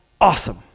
awesome